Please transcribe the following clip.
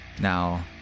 Now